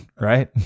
Right